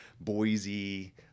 Boise